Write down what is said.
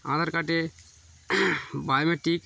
আধার কার্ডে বায়োমেট্রিক